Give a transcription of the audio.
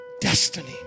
destiny